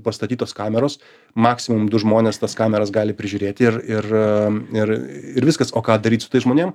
pastatytos kameros maksimum du žmonės tas kameras gali prižiūrėti ir ir ir ir viskas o ką daryt su tais žmonėm